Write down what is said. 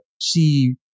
see